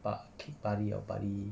bud~ cake buddy or buddy